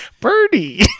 Birdie